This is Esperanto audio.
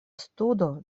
studo